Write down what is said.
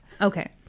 Okay